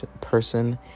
person